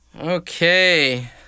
Okay